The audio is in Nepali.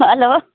हेलो